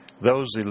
Those